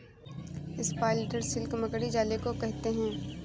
spider silk मकड़ी जाले को कहते हैं